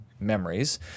memories